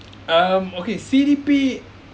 um okay C_D_P